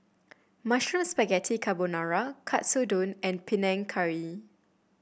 Mushroom Spaghetti Carbonara Katsudon and Panang Curry